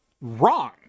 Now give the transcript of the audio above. wrong